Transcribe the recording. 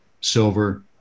silver